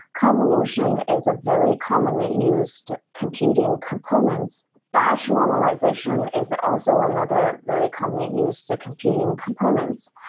convolution is a very commonly used computing components. bash normalization is also another very commonly used to computing components.